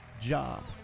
job